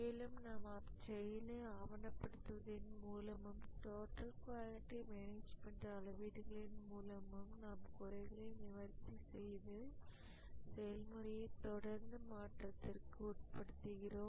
மேலும் நாம் அச்செயலை ஆவணப்படுத்துவதின் மூலமும் டோட்டல் குவாலிட்டி மேனேஜ்மென்ட் அளவீடுகள் மூலமும் நாம் குறைகளை நிவர்த்தி செய்து செயல்முறையை தொடர்ந்து மாற்றத்திற்கு உட் படுத்துகிறோம்